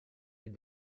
with